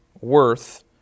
worth